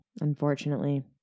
Unfortunately